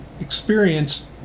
experience